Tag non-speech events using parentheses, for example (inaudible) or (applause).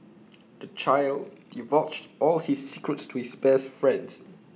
(noise) the child divulged all his secrets to his best friends